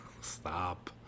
Stop